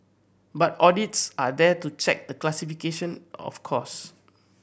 but audits are there to check the classification of cost